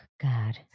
God